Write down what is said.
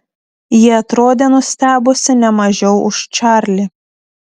ji atrodė nustebusi ne mažiau už čarlį